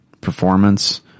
performance